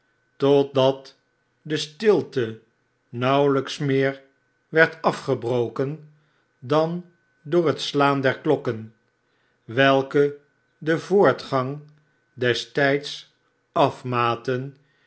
totdat de stilte nauwelijks meer werd afgebroken dan door het slaan der klokken welke den voortgang des tijds afmaten